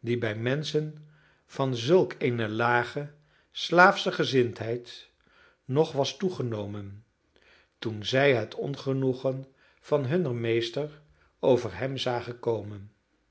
die bij menschen van zulk een lage slaafsche gezindheid nog was toegenomen toen zij het ongenoegen van hunnen meester over hem zagen komen